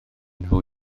nhw